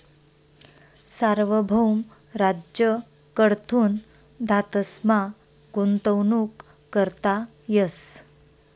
सार्वभौम राज्य कडथून धातसमा गुंतवणूक करता येस